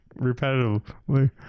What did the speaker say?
repetitively